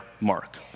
Mark